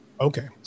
Okay